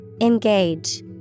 Engage